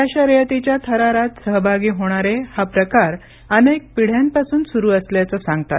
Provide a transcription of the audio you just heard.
या शर्यतीच्या थरारात सहभागी होणारे हा प्रकार अनेक पिढ्यांपासून सुरु असल्याचं सांगतात